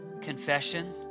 confession